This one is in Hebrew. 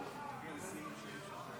כבוד השר,